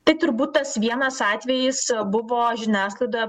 tai turbūt tas vienas atvejis buvo žiniasklaidoje